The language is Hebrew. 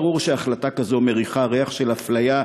של החלטה, בעיני, מבישה, שנגועה בריח של גזענות.